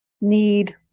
need